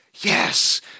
Yes